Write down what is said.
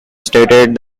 stated